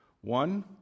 One